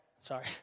Sorry